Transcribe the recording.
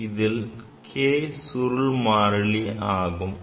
இதில் k சுருள் மாறிலி ஆகும்